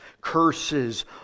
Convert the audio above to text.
curses